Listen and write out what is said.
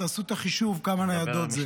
תעשו את החישוב כמה ניידות זה.